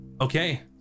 Okay